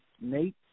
Nate